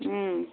उम